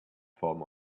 form